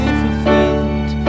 fulfilled